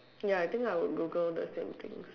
ya I think I would Google the same things